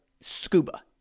Scuba